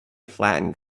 flattened